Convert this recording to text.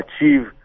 achieve